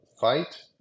fight